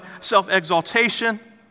self-exaltation